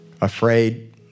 afraid